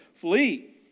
Flee